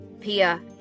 Pia